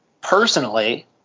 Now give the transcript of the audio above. personally